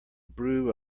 brew